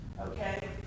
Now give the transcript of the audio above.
okay